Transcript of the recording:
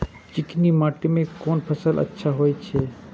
चिकनी माटी में कोन फसल अच्छा होय छे?